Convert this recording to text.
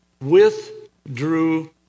withdrew